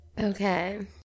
Okay